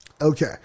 Okay